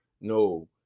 No